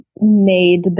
made